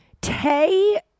Tay